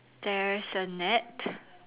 there's a net